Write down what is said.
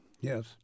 Yes